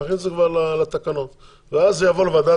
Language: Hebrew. תכניס את זה כבר לתקנות ואז זה יבוא לוועדת